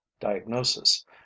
diagnosis